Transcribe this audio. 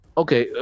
okay